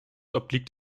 obliegt